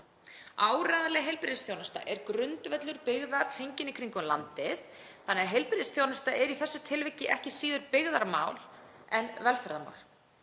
Áreiðanleg heilbrigðisþjónusta er grundvöllur byggðar hringinn í kringum landið þannig að heilbrigðisþjónusta er í þessu tilviki ekki síður byggðamál en velferðarmál.